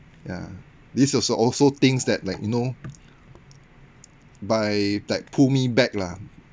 ya this was also things that like you know by like pull me back lah